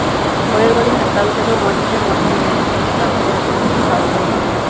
ᱯᱚᱨᱮᱨ ᱵᱟᱨᱤᱧ ᱦᱟᱛᱟᱣ ᱟᱹᱜᱩ ᱠᱷᱟᱡᱫᱚ ᱢᱚᱸᱡᱽ ᱧᱚᱜ ᱢᱚᱸᱡᱽ ᱧᱚᱜ ᱧᱮᱞ ᱛᱤᱧ ᱦᱟᱛᱟᱣ ᱟᱹᱜᱩᱭᱟ ᱢᱚᱸᱡᱽᱛᱮ ᱥᱟᱣᱩᱱᱰ ᱠᱚᱧ ᱟᱸᱡᱚᱢᱟ